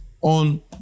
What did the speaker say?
on